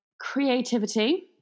creativity